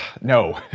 No